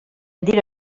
dir